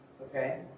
Okay